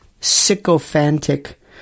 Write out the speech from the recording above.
sycophantic